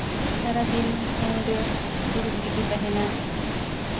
ᱥᱟᱨᱟ ᱫᱤᱱ ᱚᱸᱰᱮ ᱫᱩᱲᱩᱵ ᱜᱮᱠᱚ ᱛᱟᱦᱮᱸᱱᱟ